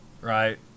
Right